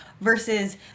versus